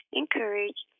encourage